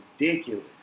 ridiculous